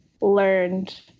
learned